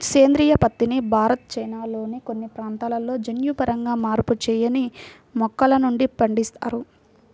సేంద్రీయ పత్తిని భారత్, చైనాల్లోని కొన్ని ప్రాంతాలలో జన్యుపరంగా మార్పు చేయని మొక్కల నుండి పండిస్తారు